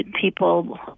people